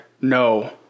No